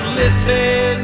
listen